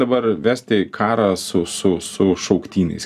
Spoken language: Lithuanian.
dabar vesti karą su su su šauktiniais